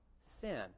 sin